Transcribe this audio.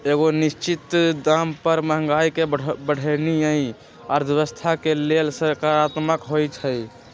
एगो निश्चित दाम पर महंगाई के बढ़ेनाइ अर्थव्यवस्था के लेल सकारात्मक होइ छइ